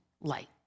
light